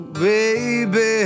baby